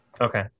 Okay